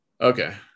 Okay